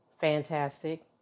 fantastic